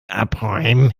abräumen